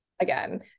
again